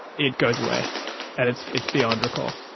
it goes away and it's it's beyond recall.